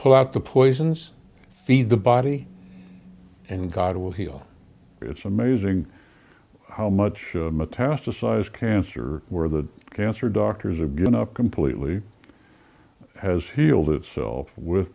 out the poisons feed the body and god will heal it's amazing how much metastasized cancer where the cancer doctors have given up completely has healed itself with